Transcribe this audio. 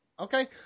Okay